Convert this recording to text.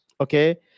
Okay